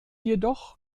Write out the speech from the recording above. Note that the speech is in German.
jedoch